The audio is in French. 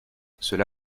cela